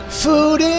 food